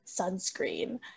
sunscreen